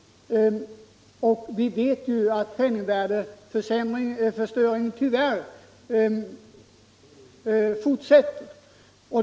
Vi vet att penningvärdeförsämringen tyvärr fortsätter.